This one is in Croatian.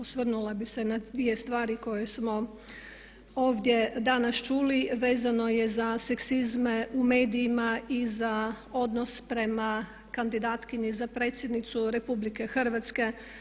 Osvrnula bih se na dvije stvari koje smo ovdje danas čuli, vezano je za seksizme u medijima i za odnos prema kandidatkinji za predsjednicu Republike Hrvatske.